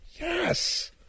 yes